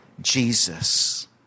Jesus